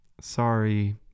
sorry